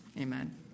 Amen